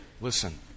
listen